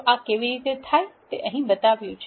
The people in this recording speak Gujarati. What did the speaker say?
તો આ કેવી રીતે થાય તે અહી બતાવ્યુ છે